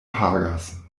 pagas